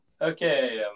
Okay